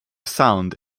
sound